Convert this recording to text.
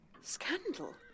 Scandal